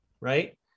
right